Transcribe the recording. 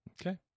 Okay